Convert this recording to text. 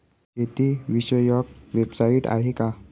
शेतीविषयक वेबसाइट आहे का?